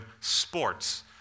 sports